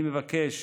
אני מבקש